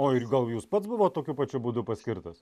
o ir gal jūs pats buvo tokiu pačiu būdu paskirtas